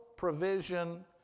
provision